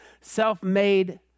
self-made